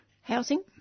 Housing